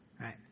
Right